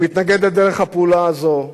אני מתנגד לדרך הפעולה הזאת.